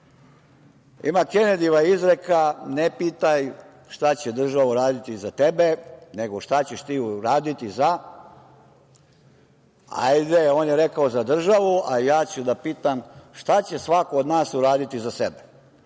ima Kenedijeva izreka – ne pitaj šta će država uraditi za tebe, nego što ćeš ti uraditi za, hajde, on je rekao za državu, a ja ću da pitam šta će svako od nas uraditi za sebe?